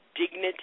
dignity